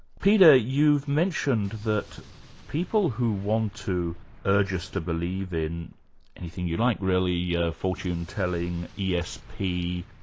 peter, you've mentioned that people who want to urge us to believe in anything you like really, yeah fortune-telling, e. s. p,